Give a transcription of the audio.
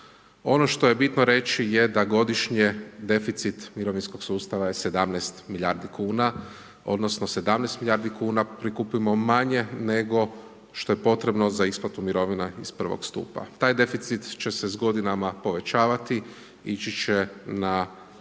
Ono što je bitno reći je da godišnje deficit mirovinskog sustava je 17 milijardi kuna odnosno 17 milijardi kuna prikupimo manje nego što je potrebno za isplatu mirovina iz prvog stupa. Taj deficit će se s godinama povećavati, ići će na